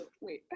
wait